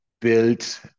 build